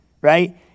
right